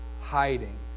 hiding